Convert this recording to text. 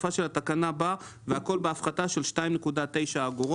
בסופה של התקנה בא "והכול בהפחתה של 2.90 אגורות".